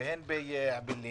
25,000 מתושביה עזבו אותה,